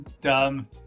dumb